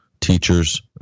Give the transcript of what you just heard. teachers